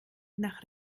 nach